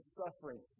suffering